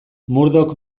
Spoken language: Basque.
murdoch